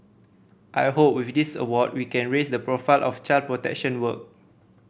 I hope with this award we can raise the profile of child protection work